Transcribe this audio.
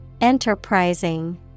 Enterprising